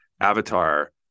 *Avatar*